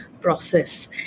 process